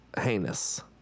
heinous